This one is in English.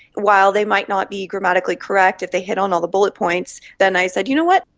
while they might not be grammatically correct, if they hit on all the bullet points then i said, you know what,